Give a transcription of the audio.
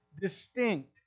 distinct